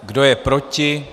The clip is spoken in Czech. Kdo je proti?